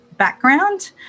background